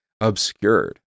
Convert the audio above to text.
obscured